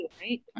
right